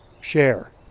share